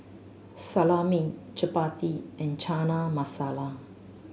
Salami Chapati and Chana Masala